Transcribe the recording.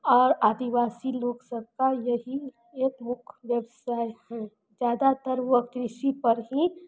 आओर आदिवासी लोक सभके यही एक मुख्य व्यवसाय है जादातर ओ कृषिपर ही